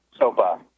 SOPA